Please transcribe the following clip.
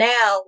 Now